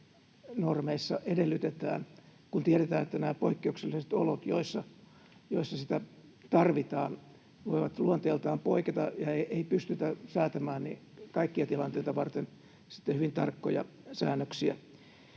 normeissa edellytetään, kun tiedetään, että nämä poikkeukselliset olot, joissa sitä tarvitaan, voivat luonteeltaan poiketa eikä pystytä säätämään kaikkia tilanteita varten hyvin tarkkoja säännöksiä.